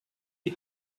die